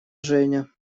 женя